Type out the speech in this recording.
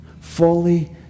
fully